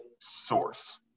source